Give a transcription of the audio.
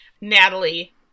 Natalie